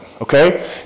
Okay